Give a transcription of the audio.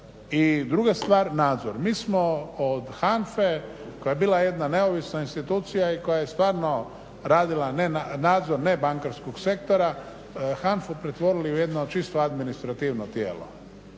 i druga stvar, nadzor. Mi smo od HANFA-e koja je bila jedna neovisna institucija i koja je stvarno radila nadzor ne bankarskog sektora, HANFA-u pretvorili u jedno čisto administrativno tijelo.